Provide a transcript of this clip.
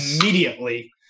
immediately